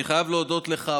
אני חייב להודות לך,